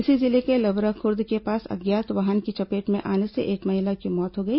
इसी जिले के लभराखुर्द के पास अज्ञात वाहन की चपेट में आने से एक महिला की मौत हो गई